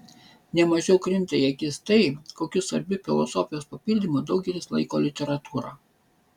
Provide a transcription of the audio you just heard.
ne mažiau krinta į akis tai kokiu svarbiu filosofijos papildymu daugelis laiko literatūrą